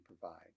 provide